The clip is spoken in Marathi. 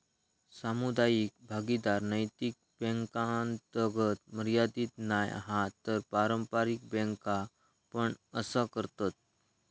सामुदायिक भागीदारी नैतिक बॅन्कातागत मर्यादीत नाय हा तर पारंपारिक बॅन्का पण असा करतत